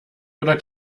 oder